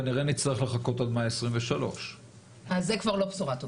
כנראה נצטרך לחכות עד מאי 2023. אז זה כבר לא בשורה טובה.